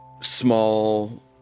small